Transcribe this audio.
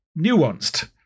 nuanced